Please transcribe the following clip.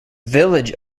village